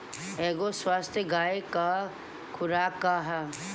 एगो स्वस्थ गाय क खुराक का ह?